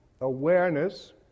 awareness